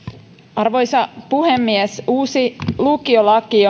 arvoisa puhemies uusi lukiolaki